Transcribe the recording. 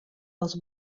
dels